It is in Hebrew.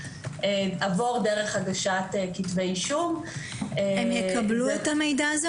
עבור דרך הגשת כתבי אישום --- הם יקבלו את המידע הזה,